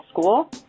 school